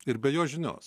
ir be jo žinios